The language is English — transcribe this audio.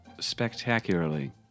spectacularly